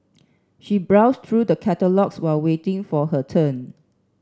she browsed through the catalogues while waiting for her turn